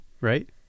right